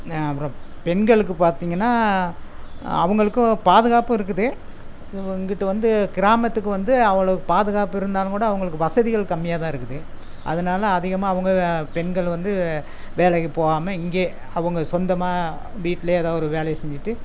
அப்புறோம் பெண்களுக்கு பார்த்தீங்கன்னா அவங்களுக்கும் பாதுகாப்பு இருக்குது இங்கிட்டு வந்து கிராமத்துக்கு வந்து அவ்வளோ பாதுகாப்பு இருந்தாலும் கூட அவங்களுக்கு வசதிகள் கம்மியாக தான் இருக்குது அதனால அதிகமாக அவங்க வே பெண்கள் வந்து வேலைக்கு போகாம இங்கேயே அவங்க சொந்தமாக வீட்டிலே எதோ ஒரு வேலையை செஞ்சுட்டு